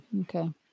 Okay